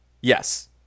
Yes